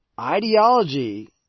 Ideology